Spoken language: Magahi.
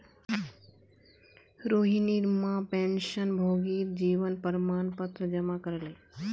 रोहिणीर मां पेंशनभोगीर जीवन प्रमाण पत्र जमा करले